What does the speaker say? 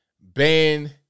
ban